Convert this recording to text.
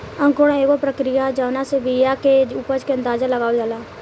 अंकुरण एगो प्रक्रिया ह जावना से बिया के उपज के अंदाज़ा लगावल जाला